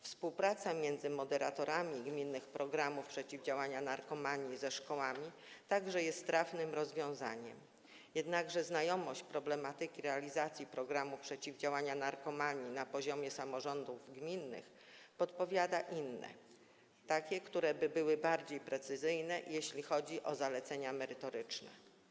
Współpraca moderatorów gminnych programów przeciwdziałania narkomanii ze szkołami także jest trafnym rozwiązaniem, jednakże znajomość problematyki realizacji programów przeciwdziałania narkomanii na poziomie samorządów gminnych podpowiada inne, takie, które byłyby bardziej precyzyjne, jeśli chodzi o zalecenia merytoryczne.